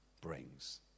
brings